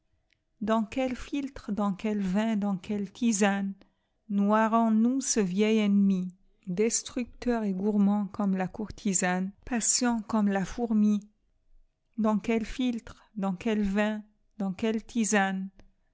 dans quel philtre dans quel vin dans quelle tisane noierons nous ce vieil ennemi destructeur et gourmand comme la courtisane patient comme la fourmi dans quel philtre dans quel vin dans quelle tisane